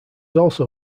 also